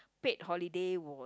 paid holiday was